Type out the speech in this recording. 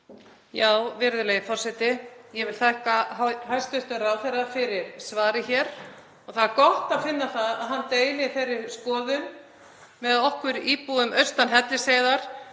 Virðulegi forseti. Ég vil þakka hæstv. ráðherra fyrir svarið hér og það er gott að finna að hann deili þeirri skoðun með okkur íbúum austan Hellisheiðar